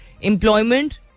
employment